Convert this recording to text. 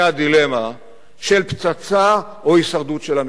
הדילמה של פצצה או הישרדות של המשטר.